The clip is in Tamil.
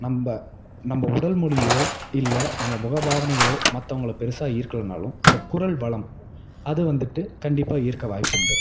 நம்ப நம்ப உடல் மொழியோ இல்லை நம்ம முக பாவனைகளோ மற்றவங்கள பெரிசா ஈர்க்கலைன்னாலும் இந்த குரல் வளம் அது வந்துட்டு கண்டிப்பாக ஈர்க்க வாய்ப்புண்டு